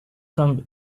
from